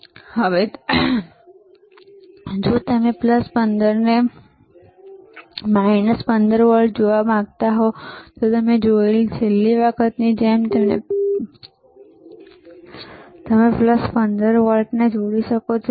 21 ખૂબ નજીક હવે જો તમે 15 વોલ્ટ અને 15 વોલ્ટ જોવા માંગતા હો તો આપણે જોયેલી છેલ્લી વખતની જેમ તમે 15 વોલ્ટને જોડી શકો છો